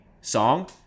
song